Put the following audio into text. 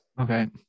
Okay